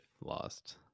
lost